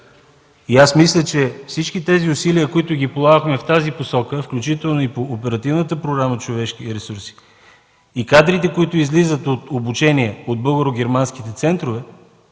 Мисля, че усилията, които полагаме в тази посока, включително по Оперативната програма „Човешки ресурси” и кадрите, които излизат от обучение от българо-германските центрове,